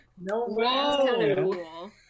No